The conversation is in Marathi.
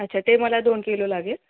अच्छा ते मला दोन किलो लागेल